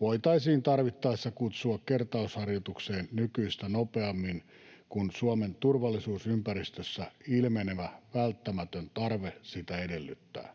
voitaisiin tarvittaessa kutsua kertausharjoitukseen nykyistä nopeammin, kun Suomen turvallisuusympäristössä ilmenevä välttämätön tarve sitä edellyttää.